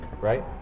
Right